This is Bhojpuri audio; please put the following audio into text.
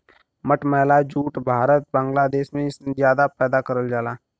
मटमैला जूट भारत बांग्लादेश में जादा पैदा करल जाला